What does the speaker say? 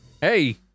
Hey